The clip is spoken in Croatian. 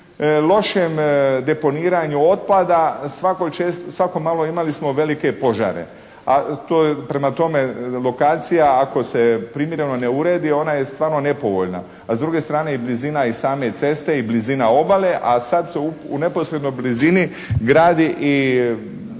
lošem deponiranju otpada svako malo imali smo velike požare, a prema tome lokacija ako se primjereno ne uredi ona je stvarno nepovoljna, a s druge strane i blizina same ceste i blizina obale, a sada se u neposrednoj blizini gradi,